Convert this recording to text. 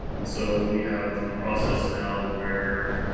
and so we have the process now where